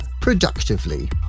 productively